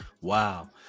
Wow